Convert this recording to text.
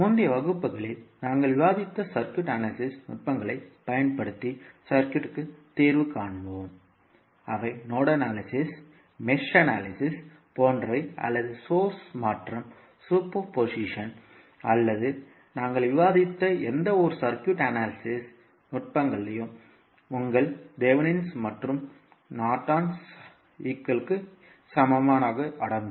முந்தைய வகுப்புகளில் நாங்கள் விவாதித்த சர்க்யூட் அனாலிசிஸ் நுட்பங்களைப் பயன்படுத்தி சுற்றுக்கு தீர்வு காண்போம் அவை நோடல் அனாலிசிஸ் மெஷ் அனாலிசிஸ் போன்றவை அல்லது சோர்ஸ் மாற்றம் சூப்பர் போசிஷன் அல்லது நாங்கள் விவாதித்த எந்தவொரு சர்க்யூட் அனாலிசிஸ் நுட்பங்களும் உங்கள் தெவெனின் Thevenin's மற்றும் நார்டனின் Norton's சமமானவை அடங்கும்